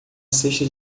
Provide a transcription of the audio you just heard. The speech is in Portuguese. cesta